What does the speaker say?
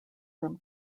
from